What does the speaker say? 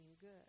good